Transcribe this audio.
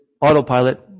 autopilot